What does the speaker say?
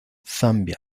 zambia